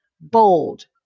bold